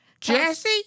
Jesse